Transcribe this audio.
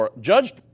judged